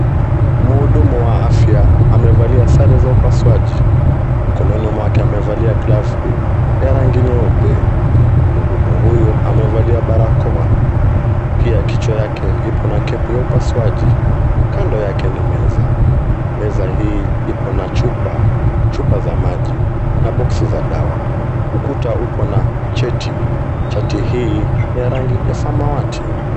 Mhudumu wa afya amevalia sare za upasuaji. Mkononi mwake amevalia glavu ya rangi nyeupe. Mhudumu huyu amevalia barakoa. Pia kichwa yake ipo na cap ya upasuaji. Kando yake ni meza. Meza hii ipo na chupa, chupa za maji na boksi za dawa. Ukuta upo na cheti. Chati hii ni ya rangi ya samawati.